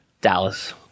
Dallas